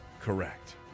correct